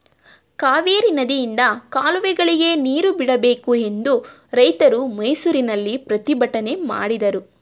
ಕಾವೇರಿ ನದಿಯಿಂದ ಕಾಲುವೆಗಳಿಗೆ ನೀರು ಬಿಡಬೇಕು ಎಂದು ರೈತರು ಮೈಸೂರಿನಲ್ಲಿ ಪ್ರತಿಭಟನೆ ಮಾಡಿದರು